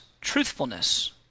truthfulness